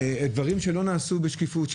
דברים שלא נעשו בשקיפות,